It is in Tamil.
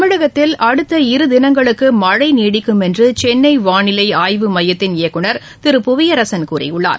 தமிழகத்தில் அடுத்த இரு தினங்களுக்கு மழை நீடிக்கும் என்று சென்னை வானிலை ஆய்வு மையத்தின் இயக்குநர் திரு புவியரசன் கூறியுள்ளார்